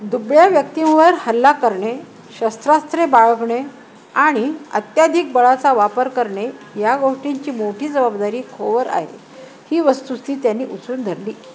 दुबळ्या व्यक्तींवर हल्ला करणे शस्त्रास्त्रे बाळवणे आणि अत्याधिक बळाचा वापर करणे या गोष्टींची मोठी जबाबदारी खोवर आहे ही वस्तूस्थी त्यांनी उचरून धरली